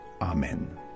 Amen